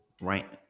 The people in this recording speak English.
right